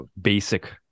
basic